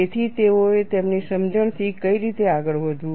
તેથી તેઓએ તેમની સમજણથી કઈ રીતે આગળ વધવું